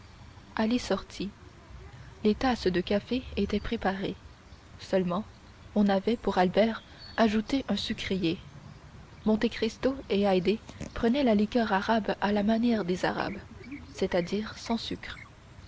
ali sortit les tasses de café étaient préparées seulement on avait pour albert ajouté un sucrier monte cristo et haydée prenaient la liqueur arabe à la manière des arabes c'est-à-dire sans sucre